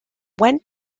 went